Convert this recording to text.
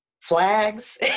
flags